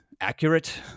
accurate